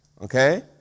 Okay